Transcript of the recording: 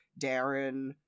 Darren